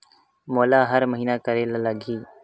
मोला हर महीना करे ल लगही?